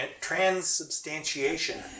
transubstantiation